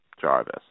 Jarvis